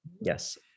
yes